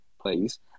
please